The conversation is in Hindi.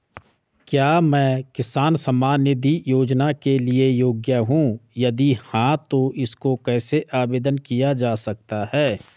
क्या मैं किसान सम्मान निधि योजना के लिए योग्य हूँ यदि हाँ तो इसको कैसे आवेदन किया जा सकता है?